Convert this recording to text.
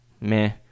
Meh